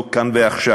הוא לא כאן ועכשיו.